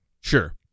Sure